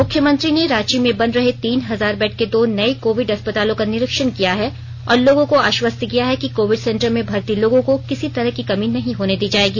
मुख्यमंत्री ने रांची में बन रहे तीन हजार बेड के दो नये कोविड अस्पतालों का निरीक्षण किया है और लोगों को आश्वस्त किया है कि कोविड सेंटर में भर्ती लोगों को किसी तरह की कमी नहीं होने दी जायेगी